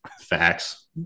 Facts